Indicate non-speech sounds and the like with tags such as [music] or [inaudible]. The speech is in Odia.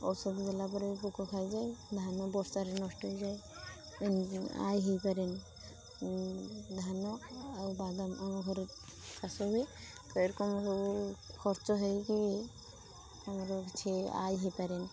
ଔଷଧ ଦେଲାପରେ ବି ପୋକ ଖାଇଯାଏ ଧାନ ବର୍ଷାରେ ନଷ୍ଟ ହେଇଯାଏ ଆଏ ହେଇପାରେନି ଧାନ ଆଉ ବାଦାମ ଆମ ଘରେ ଚାଷହୁଏ [unintelligible] ଖର୍ଚ୍ଚ ହେଇକି ବି ଆମର କିଛି ଆଏ ହେଇପାରେନି